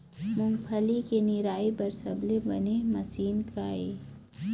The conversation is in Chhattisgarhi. मूंगफली के निराई बर सबले बने मशीन का ये?